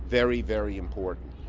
very very important.